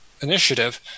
initiative